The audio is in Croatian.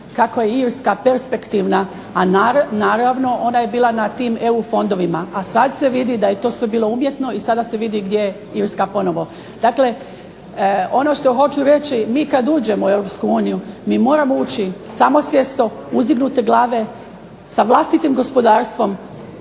kako je Irska perspektivna, a naravno ona je bila na tim EU fondovima a sad se vidi da je to sve bilo umjetno i sada se vidi gdje je Irska ponovo. Dakle ono što hoću reći, mi kad uđemo u Europsku uniju mi moramo ući samosvjesno, uzdignute glave, sa vlastitim gospodarstvom,